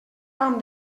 pam